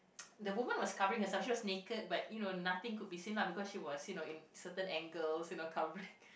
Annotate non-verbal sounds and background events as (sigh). the woman was covering herself she was naked but you know nothing could be seen lah because she was you know in certain angles you know (laughs) covering